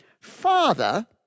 Father